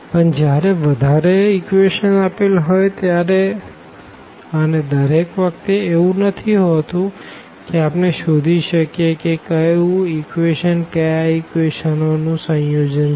પણ જયારે વધારે ઇક્વેશનો આપેલ હોઈ ત્યારે અને દરેક વખતે એવું નથી હોતું કે આપણે શોધી શકીએ કે કયું ઇક્વેશનો કયા ઇક્વેશનો નું સંયોજન છે